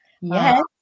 Yes